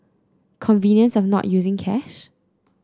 convenience of not using cash